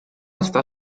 estar